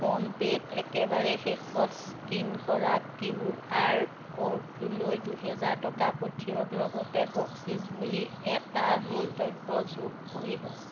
ফোনপে'ত একেবাৰে শেষত স্কেন কৰা কিউ আৰ ক'ডটোলৈ দুহেজাৰ টকা পঠিয়াওক লগতে বকচিচ বুলি এটা মন্তব্য যোগ কৰিব